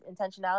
intentionality